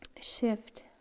shift